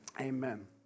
amen